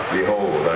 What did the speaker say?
Behold